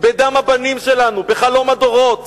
בדם הבנים שלנו, בחלום הדורות,